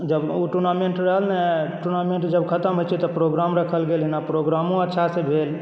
जब ओ टूर्नामेन्ट रहल ने टूर्नामेन्ट जब खतम होइ छै तऽ प्रोग्राम रखल गेल एहिना प्रोग्रामो अच्छासँ भेल